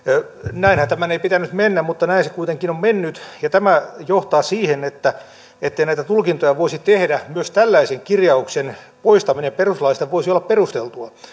näinhän tämän ei pitänyt mennä mutta näin se kuitenkin on mennyt ja tämä johtaa siihen ettei näitä tulkintoja voisi tehdä myös tällaisen kirjauksen poistaminen perustuslaista voisi olla perusteltua